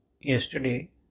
Yesterday